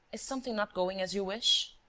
is something not going as you wish?